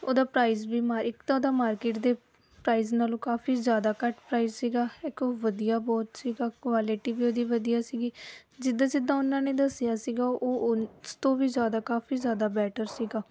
ਉਹਦਾ ਪ੍ਰਾਈਜ ਵੀ ਮਾਰ ਇੱਕ ਤਾਂ ਉਹਦਾ ਮਾਰਕੀਟ ਦੇ ਪ੍ਰਾਈਜ਼ ਨਾਲੋਂ ਕਾਫੀ ਜ਼ਿਆਦਾ ਘੱਟ ਪ੍ਰਾਈਜ਼ ਸੀਗਾ ਇੱਕ ਉਹ ਵਧੀਆ ਬਹੁਤ ਸੀਗਾ ਕੁਆਲਿਟੀ ਵੀ ਉਹਦੀ ਵਧੀਆ ਸੀਗੀ ਜਿੱਦਾਂ ਜਿੱਦਾਂ ਉਹਨਾਂ ਨੇ ਦੱਸਿਆ ਸੀਗਾ ਉ ਉਹ ਉਸ ਤੋਂ ਵੀ ਜ਼ਿਆਦਾ ਕਾਫੀ ਜ਼ਿਆਦਾ ਬੈਟਰ ਸੀਗਾ